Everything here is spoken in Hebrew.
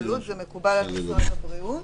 לאנשים עם מוגבלות, זה מקובל על משרד הבריאות.